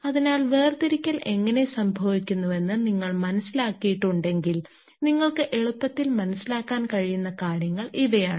അതിനാൽ വേർതിരിക്കൽ എങ്ങനെ സംഭവിക്കുന്നുവെന്ന് നിങ്ങൾ മനസ്സിലാക്കിയിട്ടുണ്ടെങ്കിൽ നിങ്ങൾക്ക് എളുപ്പത്തിൽ മനസ്സിലാക്കാൻ കഴിയുന്ന കാര്യങ്ങൾ ഇവയാണ്